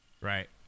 Right